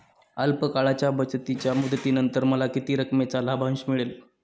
अल्प काळाच्या बचतीच्या मुदतीनंतर मला किती रकमेचा लाभांश मिळेल?